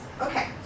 Okay